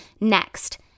Next